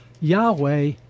Yahweh